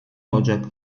olacak